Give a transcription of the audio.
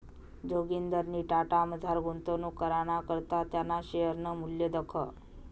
जोगिंदरनी टाटामझार गुंतवणूक कराना करता त्याना शेअरनं मूल्य दखं